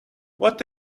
what